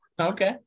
Okay